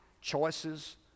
choices